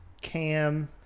Cam